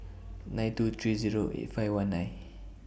nine two three Zero eight five one nine